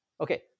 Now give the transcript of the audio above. Okay